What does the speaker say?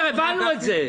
בסדר, הבנו את זה.